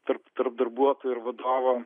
tarp tarp darbuotojo ir vadovo